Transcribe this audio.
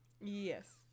Yes